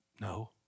No